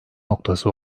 noktası